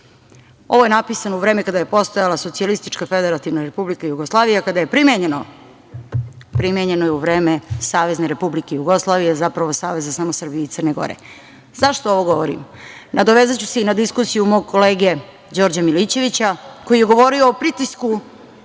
Ovo je napisano u vreme kada je postojala Socijalistička Federativna Republika Jugoslavija. Kada je primenjeno? Primenjeno je u vreme Savezne Republike Jugoslavije, zapravo Saveza samo Srbije i Crne Gore.Zašto ovo govorim? Nadovezaću se i na diskusiju mog kolege Đorđa Milićevića, koji je govorio o pritisku